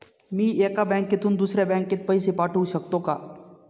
मी एका बँकेतून दुसऱ्या बँकेत पैसे पाठवू शकतो का?